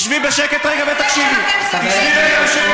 החוצפה הזאת, תנהגי בה במקום אחר,